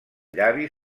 llavi